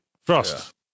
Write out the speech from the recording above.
frost